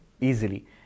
easily